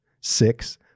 Six